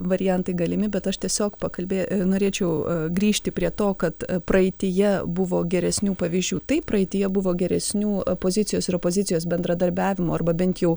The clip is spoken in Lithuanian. variantai galimi bet aš tiesiog pakalbė norėčiau grįžti prie to kad praeityje buvo geresnių pavyzdžių taip praeityje buvo geresnių pozicijos ir opozicijos bendradarbiavimo arba bent jau